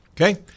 okay